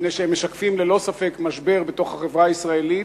מפני שהם משקפים ללא ספק משבר בתוך החברה הישראלית,